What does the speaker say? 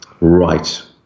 Right